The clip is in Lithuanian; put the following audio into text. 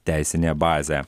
teisinę bazę